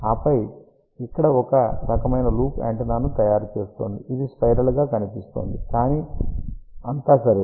ఆపై ఇక్కడ ఇది ఒక రకమైన లూప్ యాంటెన్నాను తయారు చేస్తోంది ఇది స్పైరల్ గా కనిపిస్తోంది కానీ ఇది అంతా సరే